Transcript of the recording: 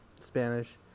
Spanish